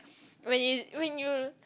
when you when you